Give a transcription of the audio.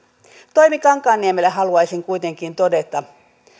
toimi kankaanniemelle haluaisin kuitenkin todeta